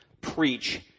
preach